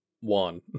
one